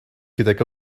gydag